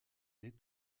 est